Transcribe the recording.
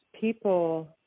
people